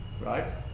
right